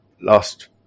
last